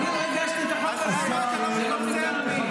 השר בן צור,